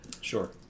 Sure